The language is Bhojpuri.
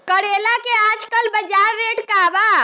करेला के आजकल बजार रेट का बा?